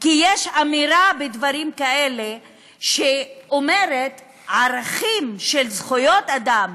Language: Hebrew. כי יש אמירה בדברים כאלה שאומרת: ערכים של זכויות אדם,